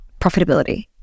profitability